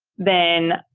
then